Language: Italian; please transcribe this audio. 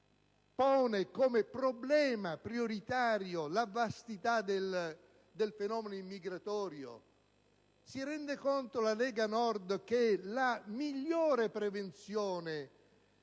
pone come problema prioritario la vastità del fenomeno immigratorio? Si rende conto la Lega Nord che la migliore prevenzione